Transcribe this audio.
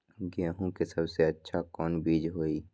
गेंहू के सबसे अच्छा कौन बीज होई?